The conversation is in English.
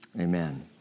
amen